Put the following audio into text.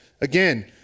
Again